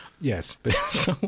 Yes